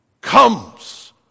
comes